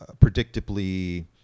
predictably